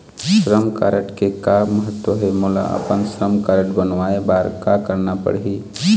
श्रम कारड के का महत्व हे, मोला अपन श्रम कारड बनवाए बार का करना पढ़ही?